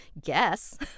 guess